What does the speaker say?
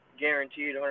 Guaranteed